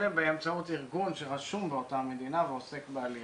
אלא באמצעות ארגון שרשום באותה מדינה ועוסק בעלייה.